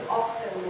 often